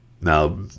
Now